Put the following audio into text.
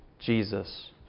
Jesus